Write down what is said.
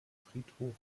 friedhof